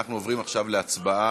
אני בא לעשות דיונים לשמה.